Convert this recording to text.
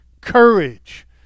courage